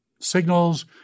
signals